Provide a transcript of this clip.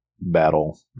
battle